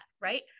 right